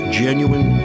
genuine